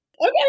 Okay